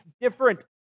different